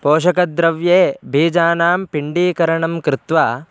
पोषकद्रव्ये बीजानां पिण्डीकरणं कृत्वा